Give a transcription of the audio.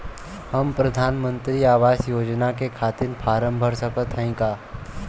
हम प्रधान मंत्री आवास योजना के खातिर फारम भर सकत हयी का?